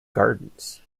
gardens